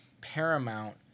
paramount